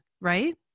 right